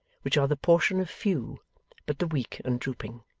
which are the portion of few but the weak and drooping.